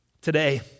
Today